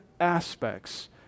aspects